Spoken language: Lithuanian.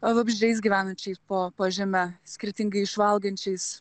vabzdžiais gyvenančiais po po žeme skirtingai išvalgančiais